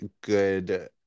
good